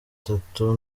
itatu